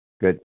good